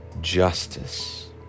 justice